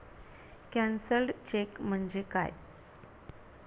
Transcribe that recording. Cancelled cheque म्हणजे काय?